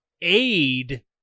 aid